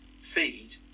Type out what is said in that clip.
feed